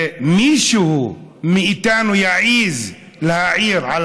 ומישהו מאיתנו יעז להעיר על